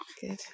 Good